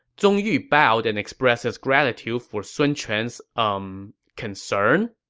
zong yu bowed and expressed his gratitude for sun quan's, umm, concern.